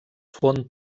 fon